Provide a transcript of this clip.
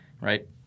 right